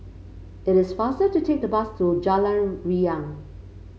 it is faster to take the bus to Jalan Riang